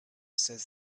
says